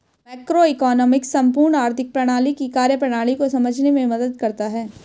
macroeconomics संपूर्ण आर्थिक प्रणाली की कार्यप्रणाली को समझने में मदद करता है